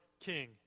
king